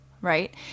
right